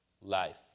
life